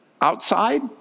Outside